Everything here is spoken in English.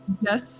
Yes